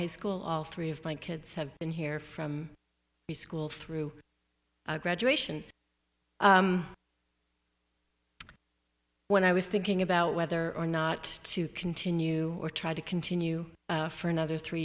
high school all three of my kids have been here from the school through graduation when i was thinking about whether or not to continue or try to continue for another three